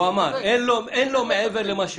הוא אמר, אין לו מעבר למה שזה.